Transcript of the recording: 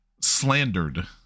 slandered